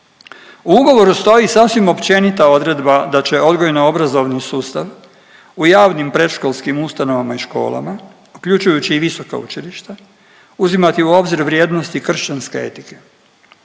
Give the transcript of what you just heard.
U ugovoru stoji sasvim općenita odredba da će odgojno-obrazovni sustav u javnim predškolskim ustanovama i školama, uključujući i visoka učilišta, uzimati u obzir kršćanske etike.